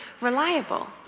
reliable